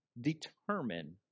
determine